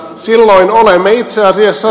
silloin olemme itse asiassa